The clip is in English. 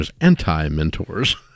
anti-mentors